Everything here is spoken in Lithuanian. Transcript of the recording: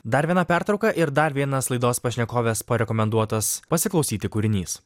dar viena pertrauka ir dar vienas laidos pašnekovės parekomenduotas pasiklausyti kūrinys